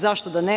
Zašto da ne?